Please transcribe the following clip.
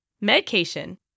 Medication